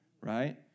right